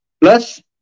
Plus